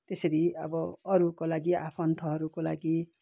त्यसरी अब अरूको लागि आफन्तहरूको लागि